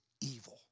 evil